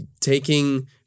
taking